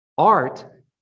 Art